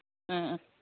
ꯑꯥ ꯑꯥ